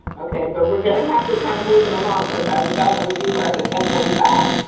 okay, but we're gonna have to kind of move it along cause our development review starts at ten forty five.